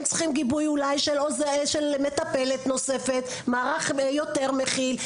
הם צריכים גיבוי של מטפלת נוספת, מערך יותר מכיל.